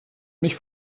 mich